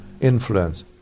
influence